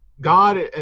God